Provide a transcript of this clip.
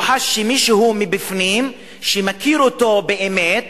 הוא חש שמישהו מבפנים, שמכיר אותו באמת,